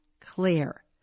clear